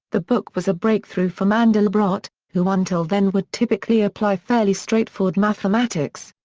the book was a breakthrough for mandelbrot, who until then would typically apply fairly straightforward mathematics.